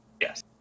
Yes